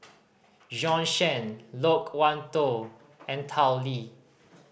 Bjorn Shen Loke Wan Tho and Tao Li